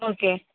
okay